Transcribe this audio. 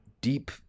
Deep